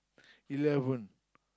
eleven